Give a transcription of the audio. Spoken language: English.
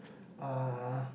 uh